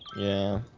yeah,